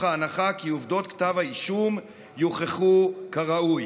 ההנחה כי עובדות כתב האישום יוכחו כראוי.